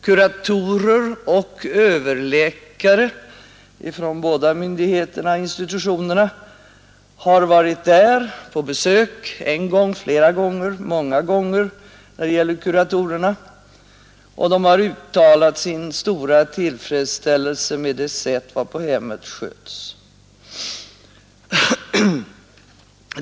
Kuratorer och överläkare från båda myndigheterna och institutionerna har besökt hemmet flera gånger — kuratorerna många gånger — och de har uttalat sin stora tillfredsställelse med det sätt varpå det sköts.